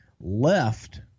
left